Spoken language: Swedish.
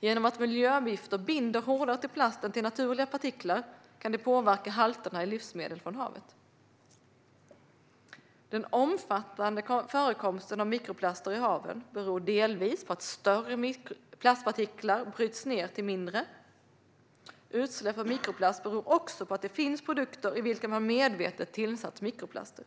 Genom att miljögifter binder hårdare till plast än till naturliga partiklar kan det påverka halterna i livsmedel från havet. Den omfattande förekomsten av mikroplaster i haven beror delvis på att större plastpartiklar bryts ned till mindre. Utsläpp av mikroplast beror också på att det finns produkter i vilka man medvetet har tillsatt mikroplaster.